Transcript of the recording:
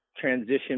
transition